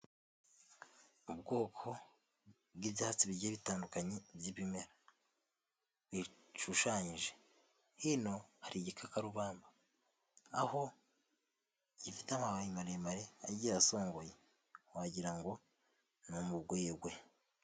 Ubwoko bw'ibyatsi bigiye bitandukanye by'ibimera bishushanyije hino hari igikakarubamba aho gifite amababi maremare agiye asongoye wagira ngo ni umugwegwe.